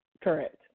Correct